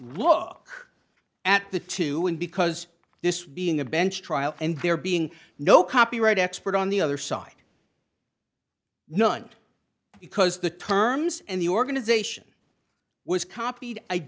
look at the two in because this would be in a bench trial and there being no copyright expert on the other side none because the terms and the organization was copied i